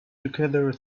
together